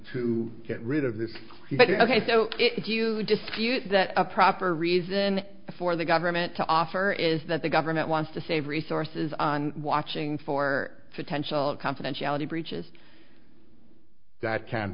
to get rid of this but ok so if you dispute that a proper reason for the government to offer is that the government wants to save resources on watching for potential confidentiality breaches that can